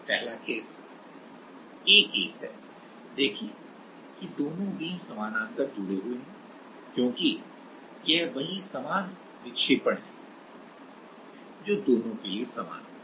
पहला case a case है देखें कि दोनों बीम समानांतर जुड़े हुए हैं क्योंकि यह वही समान विक्षेपण है जो दोनों के लिए समान होगा